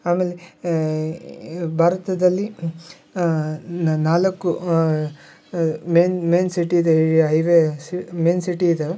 ಆಮೇಲೆ ಭಾರತದಲ್ಲಿ ನಾಲ್ಕು ಮೇನ್ ಮೇನ್ ಸಿಟಿ ಇದೆ ಈ ಹೈವೇ ಸಿ ಮೇನ್ ಸಿಟಿ ಇದವೆ